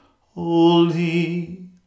Holy